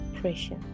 pressure